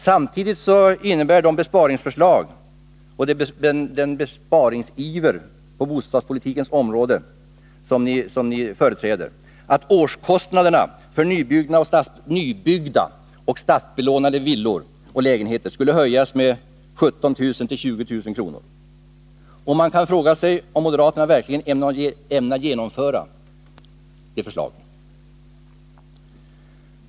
Samtidigt innebär de besparingsförslag och den besparingsiver på bostads politikens område som moderaterna företräder att årskostnaden för nybyggda och statsbelånade villor och lägenheter skulle höjas med 17 000-20 000 kr. Man kan fråga sig om moderaterna verkligen ämnar genomföra det förslaget.